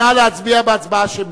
נא להצביע הצבעה שמית.